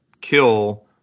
kill